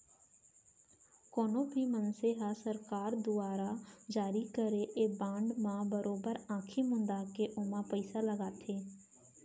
कोनो भी मनसे ह सरकार दुवारा जारी करे गए बांड म बरोबर आंखी मूंद के ओमा पइसा लगाथे